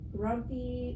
grumpy